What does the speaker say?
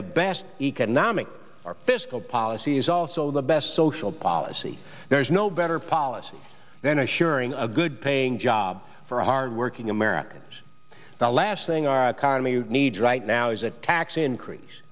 the best economic or fiscal policy is also the best social policy there's no better policy then assuring a good paying job for hardworking americans the last thing our economy needs right now is a tax increase